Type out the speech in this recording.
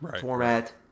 format